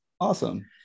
Awesome